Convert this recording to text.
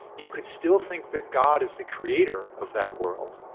you could still think that god is the creator of that world.